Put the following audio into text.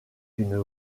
une